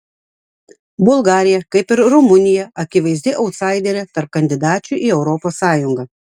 bulgarija kaip ir rumunija akivaizdi autsaiderė tarp kandidačių į europos sąjungą